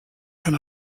can